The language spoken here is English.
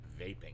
vaping